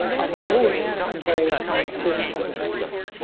and well-ordered involves this kind of mechanism.